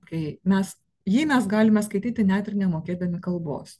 kai mes jį mes galime skaityti net ir nemokėdami kalbos